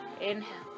inhale